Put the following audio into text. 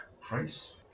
Price